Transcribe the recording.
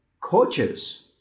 coaches